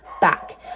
back